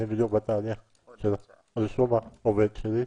אני בדיוק בתהליך של רישום העובד שלי.